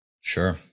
sure